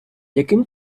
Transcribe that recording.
яким